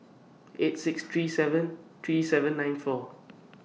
eight six three seven three seven nine four